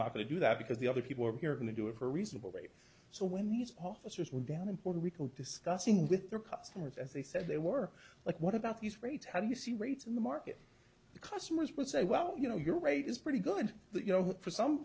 not going to do that because the other people over here are going to do it for a reasonable rate so when these officers were down in puerto rico discussing with their customers as they said they were like what about these rates how do you see rates in the market the customers would say well you know your rate is pretty good but you know what for some